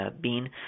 bean